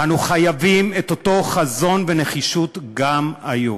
אנו חייבים את אותו חזון ואותה נחישות גם היום.